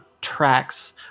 tracks